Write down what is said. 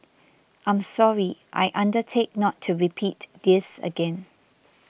I'm sorry I undertake not to repeat this again